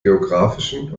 geografischen